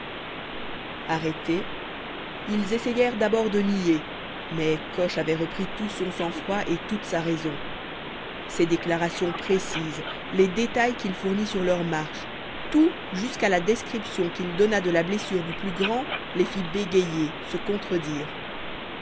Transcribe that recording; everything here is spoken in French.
arrêtés ils essayèrent d'abord de nier mais coche avait repris tout son sang-froid et toute sa raison ses déclarations précises les détails qu'il fournit sur leur marche tout jusqu'à la description qu'il donna de la blessure du plus grand les fit bégayer se contredire